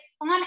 on